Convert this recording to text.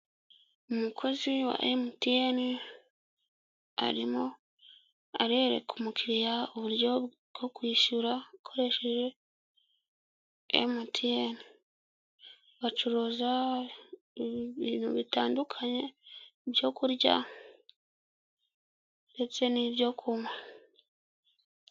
Umukozi wa emutiyene arimo arereka umukiriya uburyo bwo kwishyura akoresheje emutiyene. Bacuruza ibintu bitandukanye byo kurya ndetse n'ibyo kunywa.